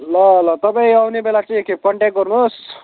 ल ल तपाईँ आउने बेला चाहिँ एकखेप कन्ट्याक्ट गर्नुहोस्